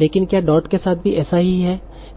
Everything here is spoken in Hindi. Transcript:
लेकिन क्या डॉट के साथ भी ऐसा ही है